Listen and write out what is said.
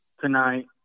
tonight